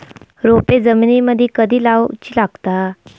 रोपे जमिनीमदि कधी लाऊची लागता?